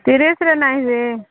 ତିରିଶରେ ନାଇରେ